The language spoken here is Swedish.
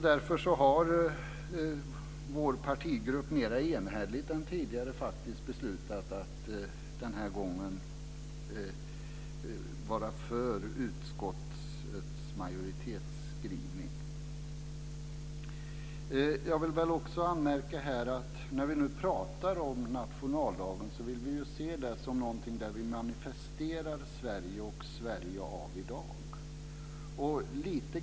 Därför har vår partigrupp, faktiskt mera enhälligt än tidigare, beslutat att denna gång vara för utskottets majoritetsskrivning. Jag vill också göra en anmärkning. När vi nu pratar om nationaldagen vill vi se den som någonting där vi manifesterar Sverige och Sverige av i dag.